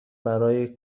برای